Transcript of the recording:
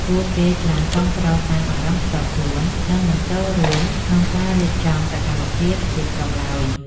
ពួកគេច្រើនគាំទ្រតាមអារម្មណ៍ផ្ទាល់ខ្លួន និងមិនចូលរួមក្នុងការរៀបចំសកម្មភាពជាក្រុមឡើយ។